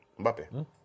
Mbappe